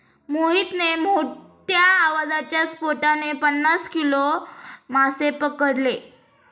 मोहितने मोठ्ठ्या आवाजाच्या स्फोटाने पन्नास किलो मासे पकडले